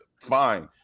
fine